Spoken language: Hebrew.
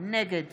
נגד